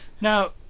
Now